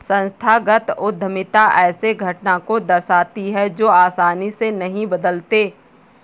संस्थागत उद्यमिता ऐसे घटना को दर्शाती है जो आसानी से नहीं बदलते